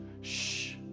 shh